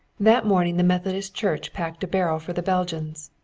that morning the methodist church packed a barrel for the belgians.